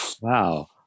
Wow